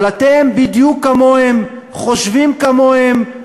אבל אתם בדיוק כמוהם: חושבים כמוהם,